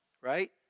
right